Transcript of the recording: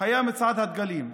היה מצעד הדגלים.